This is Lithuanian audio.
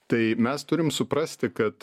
tai mes turim suprasti kad